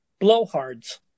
blowhards